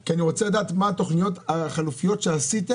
כי אני רוצה לדעת מה התוכניות החלופיות שעשיתם.